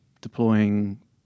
deploying